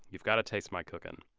you've got to taste my cooking.